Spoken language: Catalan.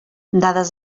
dades